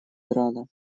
ирана